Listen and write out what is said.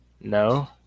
No